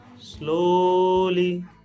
Slowly